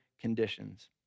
conditions